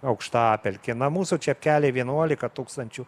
aukštapelkė na mūsų čepkeliai vienuolika tūkstančių